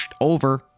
over